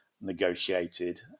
negotiated